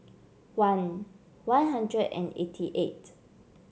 one One Hundred and eighty eight